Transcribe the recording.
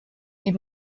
die